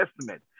Testament